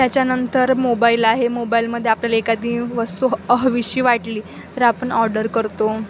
त्याच्यानंतर मोबाईल आहे मोबाईलमध्ये आपल्याला एखादी वस्तू हवीशी वाटली तर आपण ऑर्डर करतो